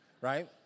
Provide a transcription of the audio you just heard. right